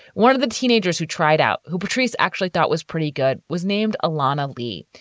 one of the teenagers who tried out who patrice actually thought was pretty good was named alana lee.